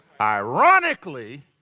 Ironically